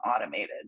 automated